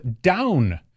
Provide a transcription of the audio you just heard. down